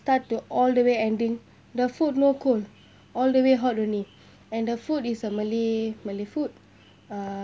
start to all the way ending the food no cold all the way hot only and the food is a malay malay food uh